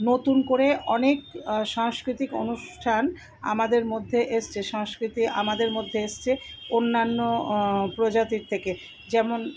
নতুন করে অনেক সাংস্কৃতিক অনুষ্ঠান আমাদের মধ্যে এসেছে সংস্কৃতি আমাদের মধ্যে এসেছে অন্যান্য প্রজাতির থেকে যেমন